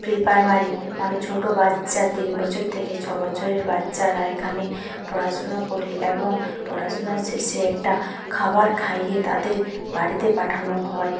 pre primary মানে ছোট বাচ্চা তিন বছর থেকে ছ বছরের বাচ্চারা এখানে পড়াশোনা করে এবং পড়াশোনার শেষে একটা খাবার খাইয়ে তাদের বাড়িতে পাঠানো হয়